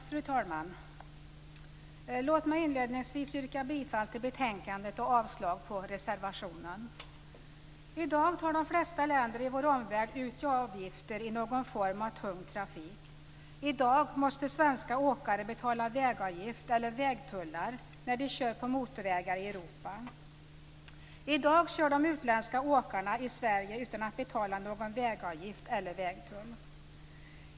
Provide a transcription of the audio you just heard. Fru talman! Låt mig inledningsvis yrka bifall till hemställan i betänkandet och avslag på reservationen. I dag tar de flesta länder i vår omvärld ut avgifter i någon form av tung trafik. I dag måste svenska åkare betala vägavgift eller vägtullar när de kör på motorvägar i Europa. I dag kör de utländska åkarna i Sverige utan att betala någon vägavgift eller vägtull.